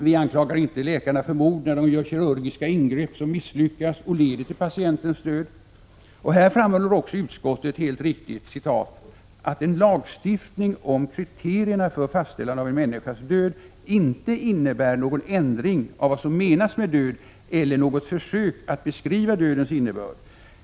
Vi anklagar inte läkarna för mord när de gör kirurgiska ingrepp som misslyckas och leder till patientens död. Här framhåller också utskottet, helt riktigt, ”att en lagstiftning om kriterierna för fastställande av människans död inte innebär någon ändring av vad som menas med död eller något försök att beskriva dödens innebörd.